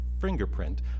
fingerprint